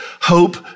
Hope